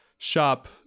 shop